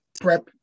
prep